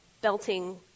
belting